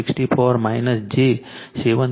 64 j 7